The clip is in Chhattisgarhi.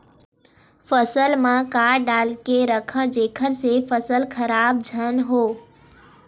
फसल म का डाल के रखव जेखर से फसल खराब झन हो?